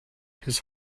his